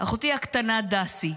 "אחותי הקטנה דסי,